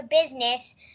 business